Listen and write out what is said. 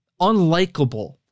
unlikable